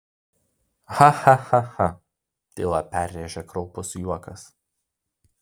ha ha ha ha tylą perrėžė kraupus juokas